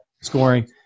scoring